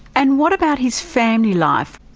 and what about his family life?